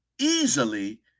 easily